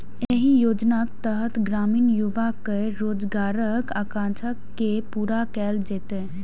एहि योजनाक तहत ग्रामीण युवा केर रोजगारक आकांक्षा के पूरा कैल जेतै